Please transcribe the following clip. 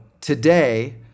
today